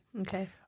Okay